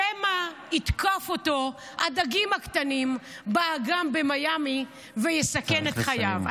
שמא יתקפו אותו הדגים הקטנים באגם במיאמי ויסכנו את חייו.